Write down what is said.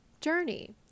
journey